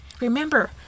Remember